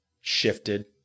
shifted